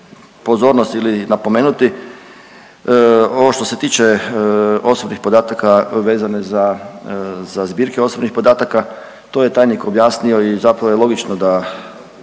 pozornost ili napomenuti ovo što se tiče osobnih podataka vezano za zbirke osobnih podataka. To je tajnik objasnio i zapravo je logično da